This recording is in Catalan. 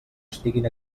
estiguin